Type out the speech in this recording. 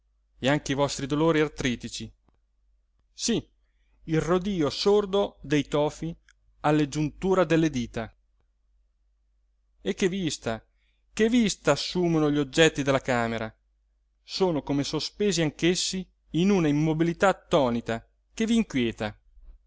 e anche i vostri dolori artritici sì il rodio sordo dei tofi alle giunture delle dita e che vista che vista assumono gli oggetti della camera sono come sospesi anch'essi in una immobilità attonita che v'inquieta